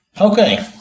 Okay